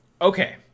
Okay